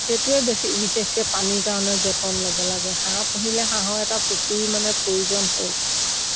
সেইটোৱে বেছি বিশেষকৈ পানীৰ কাৰণে যতন ল'ব লাগে হাঁহ পুহিলে হাঁহৰ এটা পুখুৰী মানে প্ৰয়োজন হয়